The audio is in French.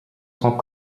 sont